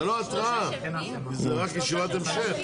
זו לא התראה, זו רק ישיבת המשך.